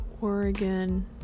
Oregon